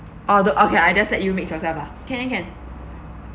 oh though okay I just let you mix yourself lah can can